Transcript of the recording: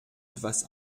etwas